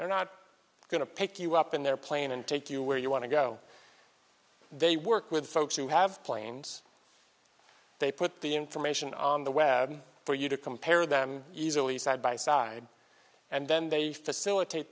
they're not going to pick you up in their plane and take you where you want to go they work with folks who have planes they put the information on the web for you to compare them easily side by side and then they facilitate